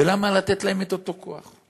ולמה לתת להם את אותו כוח?